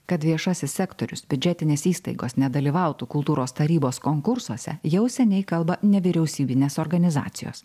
kad viešasis sektorius biudžetinės įstaigos nedalyvautų kultūros tarybos konkursuose jau seniai kalba nevyriausybinės organizacijos